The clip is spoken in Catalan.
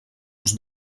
uns